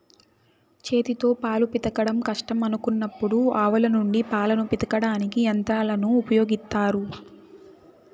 చేతితో పాలు పితకడం కష్టం అనుకున్నప్పుడు ఆవుల నుండి పాలను పితకడానికి యంత్రాలను ఉపయోగిత్తారు